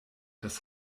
das